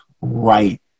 right